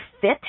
fit